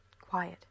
quiet